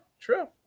true